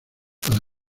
para